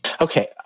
Okay